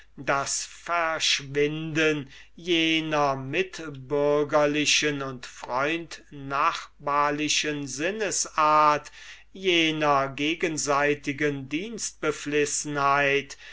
das verschwinden jener mitbürgerlichen und freundnachbarlichen sinnesart jener gegenseitigen